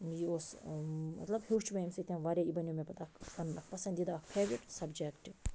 یہِ اوس مطلب ہیٚوچھ مےٚ اَمہِ سۭتۍ وارِیاہ یہِ بنیو مےٚ پَتہٕ اَکھ پنُن اَکھ پسندیٖدہ اَکھ فیورٹ سبجکٹ